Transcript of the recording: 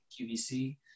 qvc